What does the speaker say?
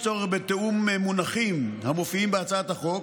יש צורך בתיאום מונחים המופיעים בהצעת החוק,